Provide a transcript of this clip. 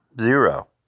Zero